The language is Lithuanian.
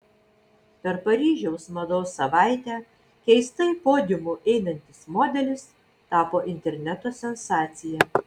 per paryžiaus mados savaitę keistai podiumu einantis modelis tapo interneto sensacija